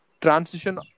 transition